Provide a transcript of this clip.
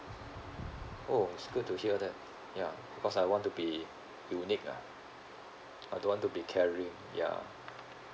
oh it's good to hear that ya because I want to be unique ah I don't want to be carrying ya